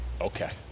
Okay